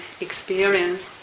experience